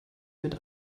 mit